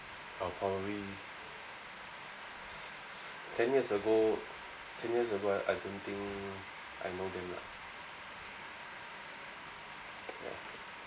I'll probably ten years ago ten years ago I I don't think I know them lah ya